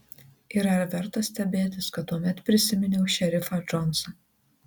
ir ar verta stebėtis kad tuomet prisiminiau šerifą džonsą